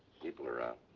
people are out.